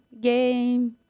game